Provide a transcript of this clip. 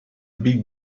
big